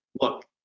look